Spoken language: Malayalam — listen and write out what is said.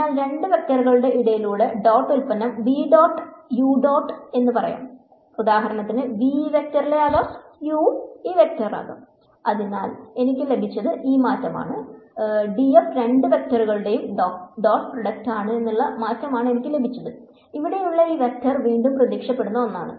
അതിനാൽ രണ്ട് വെക്റ്ററുകൾക്ക് ഇടയിലുള്ള ഡോട്ട് ഉല്പന്നം v ഡോട്ട് u എന്ന് പറയാം ഉദാഹരണത്തിന് v ഈ വെക്റ്റർ ആകാം u ഈ വെക്റ്റർ ആകാം അതിനാൽ എനിക്ക് ലഭിച്ചത് ഈ മാറ്റമാണ് രണ്ട് വെക്റ്ററുകളുടെ ഡോട്ട് പ്രോഡക്റ്റാണ് ഇവിടെയുള്ള ഈ വെക്റ്റർ വീണ്ടും പ്രത്യക്ഷപ്പെടുന്ന ഒന്നാണ്